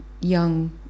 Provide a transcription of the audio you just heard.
young